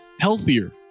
healthier